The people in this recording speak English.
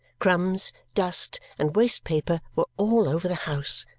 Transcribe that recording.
crumbs, dust, and waste-paper were all over the house.